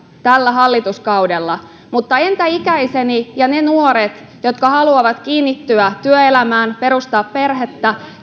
tällä hallituskaudella mutta entä ikäiseni ja ne nuoret jotka haluavat kiinnittyä työelämään perustaa perheen